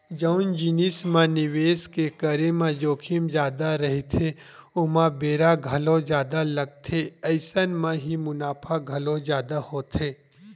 जउन जिनिस म निवेस के करे म जोखिम जादा रहिथे ओमा बेरा घलो जादा लगथे अइसन म ही मुनाफा घलो जादा होथे